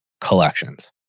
collections